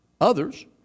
Others